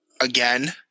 again